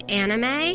anime